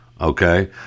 okay